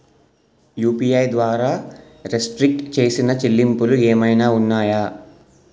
UPI ద్వారా restrict చేసిన చెల్లింపులు ఏమైనా ఉన్నాయా?